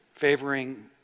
favoring